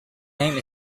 name